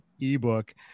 ebook